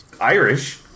Irish